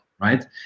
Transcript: right